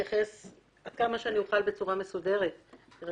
ולהתייחס עד כמה שאני אוכל בצורה מסודרת לטענות שנטענו,